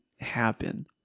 happen